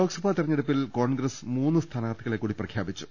ലോക്സഭാ തെരഞ്ഞെടുപ്പിൽ കോൺഗ്രസ് മൂന്ന് സ്ഥാനാർത്ഥികളെ കൂടി പ്രഖ്യാപിച്ചു